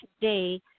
today